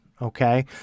Okay